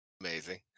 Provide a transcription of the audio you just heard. amazing